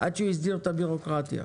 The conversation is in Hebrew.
עד שיסדיר את הביורוקרטיה.